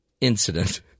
incident